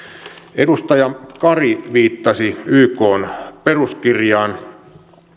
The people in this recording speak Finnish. edustaja kari viittasi ykn peruskirjaan